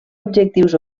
objectius